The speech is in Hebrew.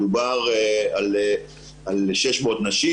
מדובר על 600 נשים